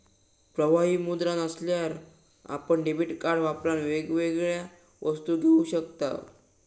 प्रवाही मुद्रा नसल्यार आपण डेबीट कार्ड वापरान वेगवेगळ्या वस्तू घेऊ शकताव